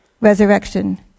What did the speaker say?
resurrection